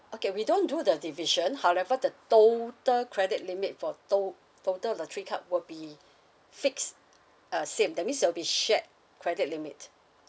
okay we don't do the division however the total credit limit for to~ total the three card will be fixed uh same that means they'll be shared credit limit